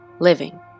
Living